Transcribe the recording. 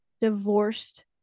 divorced